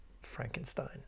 Frankenstein